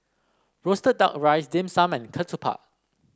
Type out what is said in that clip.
roasted duck rice Dim Sum and ketupat